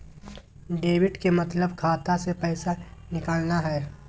debit के मतलब खाता से पैसा निकलना हय